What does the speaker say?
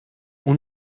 اون